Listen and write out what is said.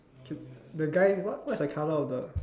the guy what what is the colour of the